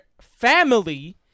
family